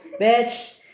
bitch